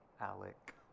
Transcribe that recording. Alec